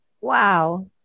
Wow